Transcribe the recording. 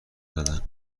زدن